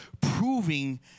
proving